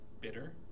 bitter